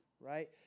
right